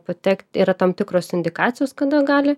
patekti yra tam tikros indikacijos kada gali